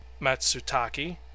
matsutake